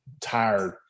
tired